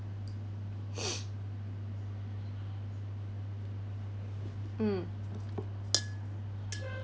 mm